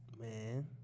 man